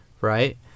right